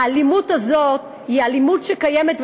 האלימות הזאת היא אלימות שקיימת,